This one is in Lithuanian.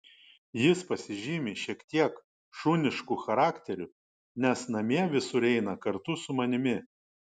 jis pasižymi šiek tiek šunišku charakteriu nes namie visur eina kartu su manimi